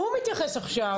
הוא מתייחס עכשיו.